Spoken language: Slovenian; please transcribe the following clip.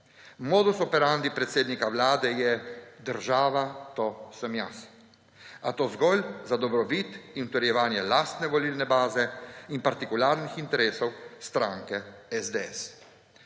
Modus operandi predsednik Vlade je Država to sem jaz, a to zgolj za dobrobit in utrjevanje lastne volilne baze in partikularnih interesov stranke SDS.